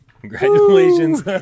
Congratulations